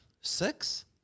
six